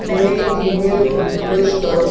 میری email refresh کرو